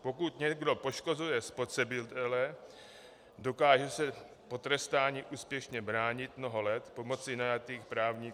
Pokud někdo poškozuje spotřebitele, dokáže se potrestání úspěšně bránit mnoho let pomocí najatých právníků.